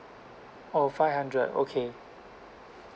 oh five hundred okay